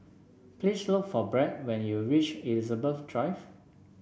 please look for Brett when you reach Elizabeth Drive